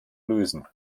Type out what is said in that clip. lösen